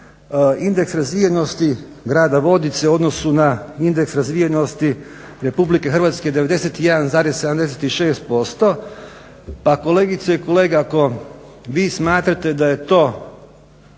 indeks razvijenosti grada Vodice u odnosu na indeks razvijenosti RH 91,76%. Pa kolegice i kolege ako vi smatrate da su to